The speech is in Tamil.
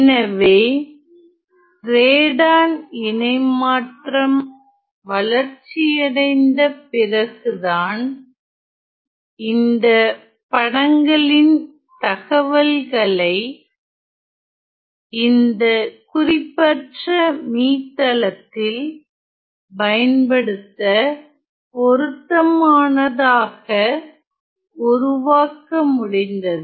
எனவே ரேடான் இணைமாற்றம் வளர்ச்சியடைந்த பிறகுதான் இந்த படங்களின் தகவல்களை இந்த குறிப்பற்ற மீத்தளத்தில் பயன்படுத்த பொருத்தமானதாக உருவாக்க முடிந்தது